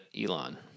Elon